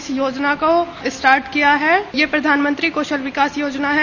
इस योजना को स्टार्ट किया है यह प्रधानमंत्री कौशल विकास योजना है